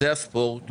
זה הספורט.